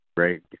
right